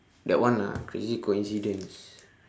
that one ah crazy coincidence